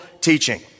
teaching